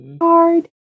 card